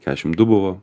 keturiasdešim du buvo